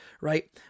right